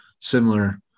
similar